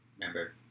remember